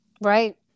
Right